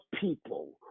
people